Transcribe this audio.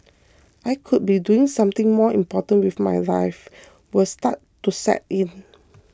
I could be doing something more important with my wife will start to set in